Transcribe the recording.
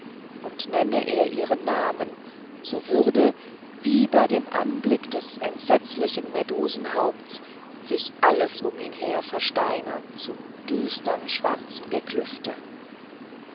und nenne er ihren namen so würde wie bei dem anblick des entsetzlichen medusenhaupts sich alles um ihn her versteinen zum düstern schwarzen geklüft